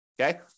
okay